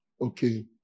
Okay